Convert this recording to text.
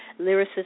Lyricist